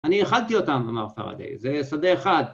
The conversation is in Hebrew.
‫אני אחדתי אותם, אמר פרדי, ‫זה שדה אחד.